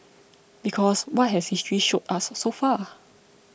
because what has history showed us so far